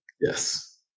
yes